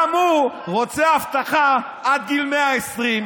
גם הוא רוצה אבטחה עד גיל 120,